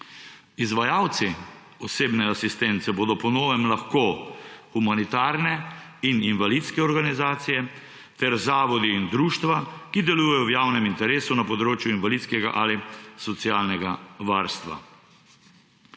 Izvajalci osebne asistence bodo po novem lahko humanitarne in invalidske organizacije ter zavodi in društva, ki delujejo v javnem interesu, na področju invalidskega ali socialnega varstva.